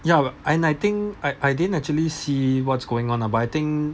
ya but and I think I I didn't actually see what's going on lah but I think